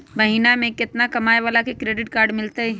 महीना में केतना कमाय वाला के क्रेडिट कार्ड मिलतै?